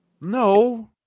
no